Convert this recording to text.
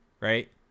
right